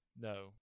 No